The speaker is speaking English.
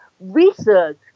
research